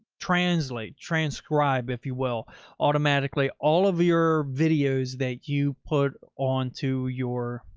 translate transcribe if you will automatically all of your videos that you put on to your,